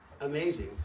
amazing